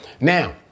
now